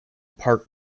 part